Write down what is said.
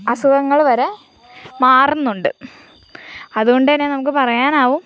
അസുഖങ്ങൾ വരെ മാറുന്നുണ്ട് അതുകൊണ്ട് തന്നെ നമുക്ക് പറയാനാകും